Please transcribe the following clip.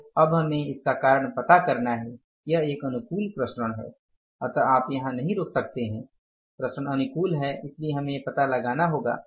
तो अब हमें इसका कारण पता करना है यह एक अनुकूल विचरण है अतः आप यहाँ नहीं रुक सकते हैं विचरण अनुकूल हैं इसलिए हमें पता लगाना होगा